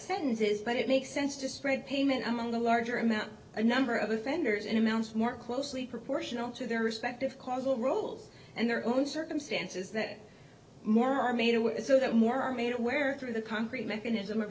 sentence is that it makes sense to spread payment among a larger amount and number of offenders in amounts more closely proportional to their respective causal roles and their own circumstances that more are made aware so that more are made aware through the concrete mechanism of